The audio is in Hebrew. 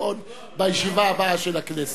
בחשבון בישיבה הבאה של הכנסת.